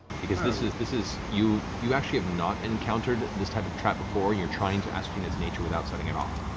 because this is this is you you actually have not encountered this type of trap before, and you're trying to ascertain its nature without setting it off.